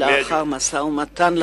לאחר משא-ומתן,